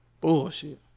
Bullshit